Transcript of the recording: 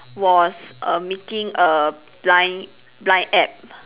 was a making a bind blind App